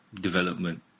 development